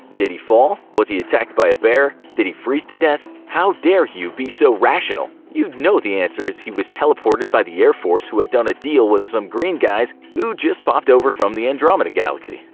did he fall? was he attacked by a bear? did he freeze to death? how dare you be so rational you know the answer is he was teleported by the air force who had done a deal with some green guys who'd just popped over from the andromeda galaxy.